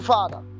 Father